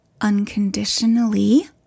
unconditionally